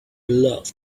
love